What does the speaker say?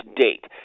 date